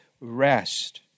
rest